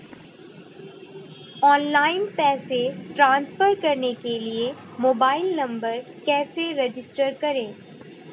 Online पैसे transfer करने के लिए मोबाइल नंबर कैसे रजिस्टर करें?